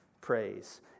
praise